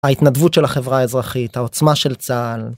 ההתנדבות של החברה האזרחית, העוצמה של צה"ל.